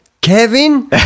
kevin